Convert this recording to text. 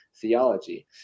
theology